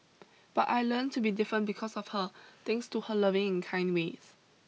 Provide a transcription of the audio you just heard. but I learnt to be different because of her thanks to her loving and kind ways